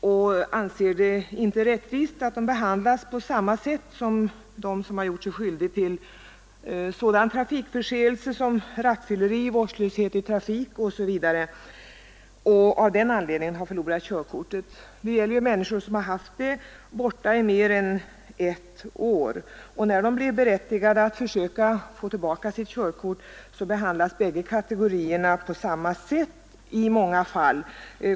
De anser det inte rättvist att de behandlas på samma sätt som de som har gjort sig skyldiga till sådan trafikförseelse som rattfylleri, vårdslöshet i trafik osv. och av den anledningen har förlorat körkortet. Det gäller ju människor som har haft sitt körkort indraget i mer än ett år, och när de blir berättigade att försöka få det tillbaka behandlas bägge kategorierna på samma sätt i många fall.